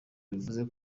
bivuze